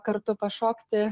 kartu pašokti